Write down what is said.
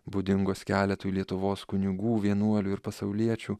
būdingos keletui lietuvos kunigų vienuolių ir pasauliečių